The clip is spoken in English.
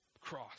Cross